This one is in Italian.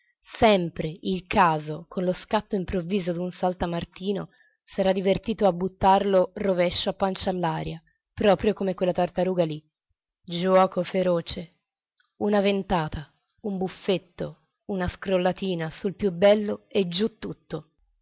sempre il caso con lo scatto improvviso d'un saltamartino s'era divertito a buttarlo riverso a pancia all'aria proprio come quella tartaruga lì giuoco feroce una ventata un buffetto una scrollatina sul più bello e giù tutto